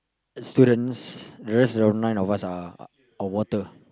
students the rest of the nine of us are are water